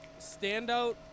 Standout